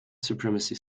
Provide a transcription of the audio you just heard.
supremacy